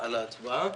על ההצבעה.